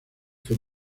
fue